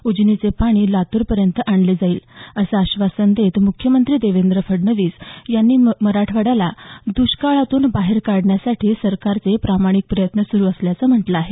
उजनीचे पाणी लातूर पर्यंत आणले जाईल असं आश्वासन देत मुख्यमंत्री देवेंद्र फडणवीस यांनी मराठवाड्याला दुष्काळातून बाहेर काढण्यासाठी सरकारचे प्रामाणिक प्रयत्न सुरू असल्याचं म्हटलं आहे